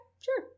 Sure